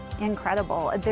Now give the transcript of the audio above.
incredible